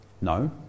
No